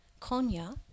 Konya